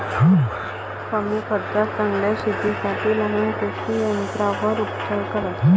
कमी खर्चात चांगल्या शेतीसाठी लहान कृषी यंत्रांवर उपचार करा